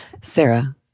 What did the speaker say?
Sarah